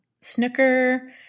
snooker